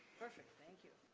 perfect, thank you.